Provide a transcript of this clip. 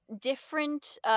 different